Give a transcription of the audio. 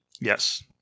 Yes